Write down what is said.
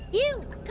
you!